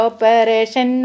Operation